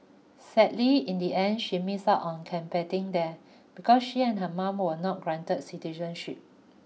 sadly in the end she missed out on competing there because she and her Mom were not granted citizenship